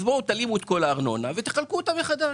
אז בואו תלאימו את כל הארנונה ותחלקו אותה מחדש.